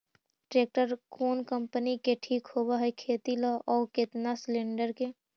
Tractor कोन company के ठीक होब है खेती ल औ केतना सलेणडर के?